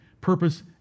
purpose